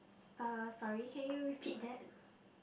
uh sorry can you repeat that